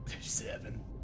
Seven